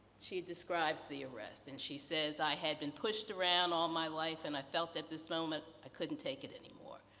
she describes the arrest. and, she says i have been pushed around all my life and i felt at this moment i couldn't take it anymore.